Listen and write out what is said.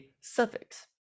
suffix